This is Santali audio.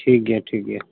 ᱴᱷᱤᱠ ᱜᱮᱭᱟ ᱴᱷᱤᱠ ᱜᱮᱭᱟ